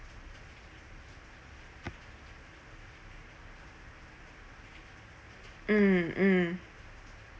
mm mm